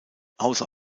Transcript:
ausser